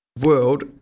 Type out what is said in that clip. world